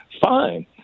fine